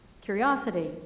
curiosity